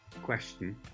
question